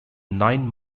nine